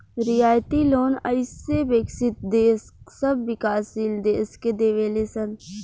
रियायती लोन अइसे विकसित देश सब विकाशील देश के देवे ले सन